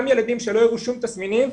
גם ילדים שלא הראו שום תסמינים,